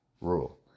rule